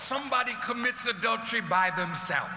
somebody commits adultery by themselves